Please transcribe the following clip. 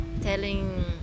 telling